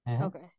Okay